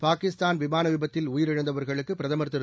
பாகிஸ்கான் விமான விபத்தில் உயிரிழந்தவர்களுக்கு பிரதமர் திரு